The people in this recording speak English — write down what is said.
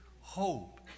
hope